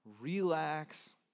relax